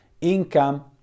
income